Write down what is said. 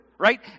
Right